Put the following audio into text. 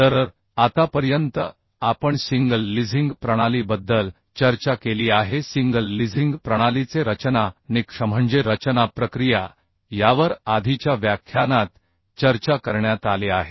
तर आतापर्यंत आपण सिंगल लिझिंग प्रणालीबद्दल चर्चा केली आहे सिंगल लिझिंग प्रणालीचे रचना निकष म्हणजे रचना प्रक्रिया यावर आधीच्या व्याख्यानात चर्चा करण्यात आली आहे